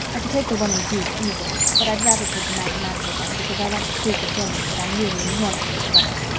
i could take the one in greek easily, but i'd rather take the mathematical one because i want to prove to jonas that i'm really enormously clever.